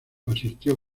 asistió